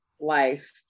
life